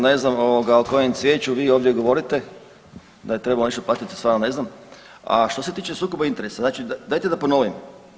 Ne znam o kojem cvijeću ovdje govorite, da je trebalo nešto platiti, stvarno ne znam, a što se tiče sukoba interesa, znači dajte da ponovim.